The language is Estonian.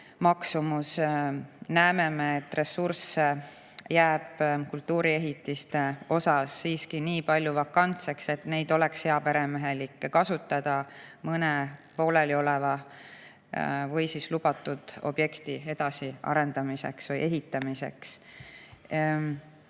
maksumus, näeme me, et ressursse jääb kultuuriehitiste puhul nii palju vakantseks, et neid oleks heaperemehelik kasutada mõne poolelioleva või siis lubatud objekti edasiarendamiseks või ehitamiseks.